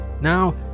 Now